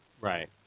Right